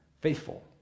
faithful